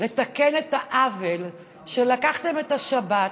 לתקן את העוול שלקחתם את השבת,